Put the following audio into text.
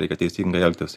reikia teisingai elgtis